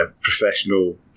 professional